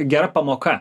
gera pamoka